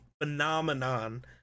phenomenon